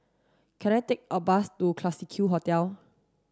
can I take a bus to Classique Hotel